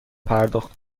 پرداخت